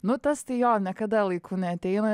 nu tas tai jo niekada laiku neateina